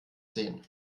sehen